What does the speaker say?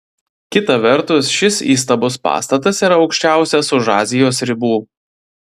kita vertus šis įstabus pastatas yra aukščiausias už azijos ribų